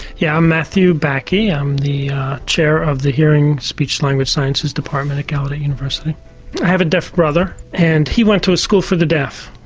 yeah i'm matthew bakke, i'm um the chair of the hearing speech language sciences department at gallaudet university. i have a deaf brother and he went to a school for the deaf.